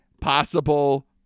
possible